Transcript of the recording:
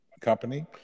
company